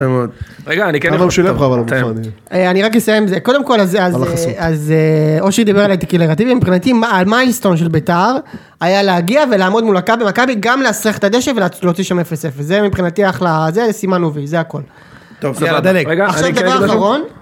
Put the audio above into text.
[דובר א'] רגע אני כן חושב [דובר ב'] אה, אני רק אסיים זה. קודם כל, אז אושי דיבר על איטיקי לגטיבי מבחינתי מה ההסטוריה של בית"ר? היה להגיע ולעמוד מול מכבי מכבי גם להסריח את הדשא ולהוציא שם אפס אפס, זה מבחינתי אחלה, זה סימנו וי זה הכל. עכשיו דבר אחרון